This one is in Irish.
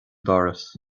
doras